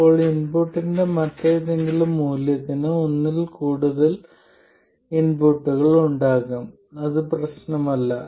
അപ്പോൾ ഇൻപുട്ടിന്റെ മറ്റേതെങ്കിലും മൂല്യത്തിന് ഒന്നിൽ കൂടുതൽ ഇൻപുട്ടുകൾ ഉണ്ടാകാം അത് പ്രശ്നമല്ല